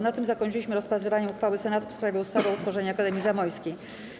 Na tym zakończyliśmy rozpatrywanie uchwały Senatu w sprawie ustawy o utworzeniu Akademii Zamojskiej.